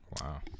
Wow